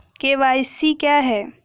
ई KYC क्या है?